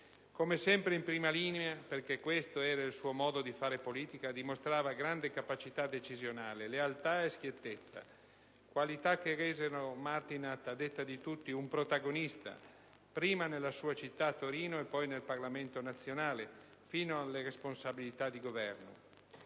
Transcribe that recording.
Come sempre in prima linea, perché questo era il suo modo di fare politica, dimostrava grande capacità decisionale, lealtà e schiettezza: qualità che resero Martinat a detta di tutti un protagonista, prima nella sua città, Torino, e poi nel Parlamento nazionale, fino alle responsabilità di Governo.